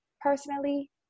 personally